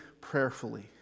prayerfully